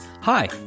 Hi